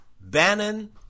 Bannon